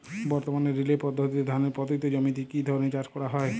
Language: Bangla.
বর্তমানে রিলে পদ্ধতিতে ধানের পতিত জমিতে কী ধরনের চাষ করা হয়?